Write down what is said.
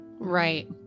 right